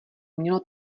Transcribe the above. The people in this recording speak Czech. mělo